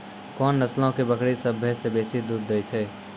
कोन नस्लो के बकरी सभ्भे से बेसी दूध दै छै?